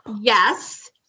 Yes